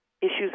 issues